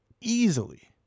easily